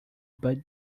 but